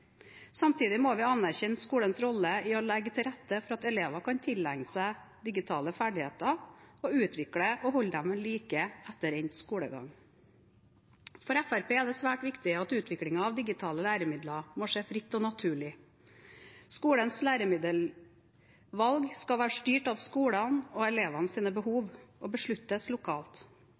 Samtidig må vi anerkjenne skolens rolle i å legge til rette for at elever kan tilegne seg digitale ferdigheter og utvikle og holde dem ved like etter endt skolegang. For Fremskrittspartiet er det svært viktig at utviklingen av digitale læremidler må skje fritt og naturlig. Skolens læremiddelvalg skal være styrt av skolens og elevenes behov og besluttes lokalt.